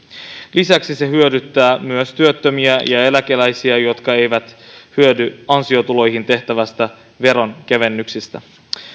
lisäksi se hyödyttää myös työttömiä ja eläkeläisiä jotka eivät hyödy ansiotuloihin tehtävistä veronkevennyksistä